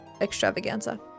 extravaganza